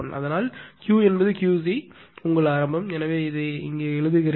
அதனால் Q என்பது QC உங்கள் ஆரம்பம் அதாவது இங்கே எழுதுகிறேன்